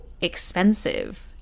expensive